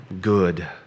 good